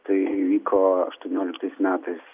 tai vyko aštuonioliktais metais